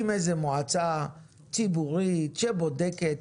אם איזה מועצה ציבורית שבודקת,